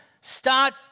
start